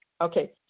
Okay